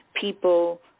people